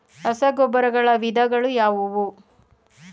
ರಸಗೊಬ್ಬರಗಳ ವಿಧಗಳು ಯಾವುವು?